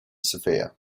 sofia